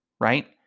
right